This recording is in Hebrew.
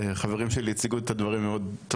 חברים שלי הציגו את הדברים טוב מאוד,